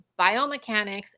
biomechanics